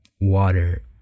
water